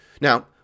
Now